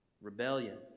rebellion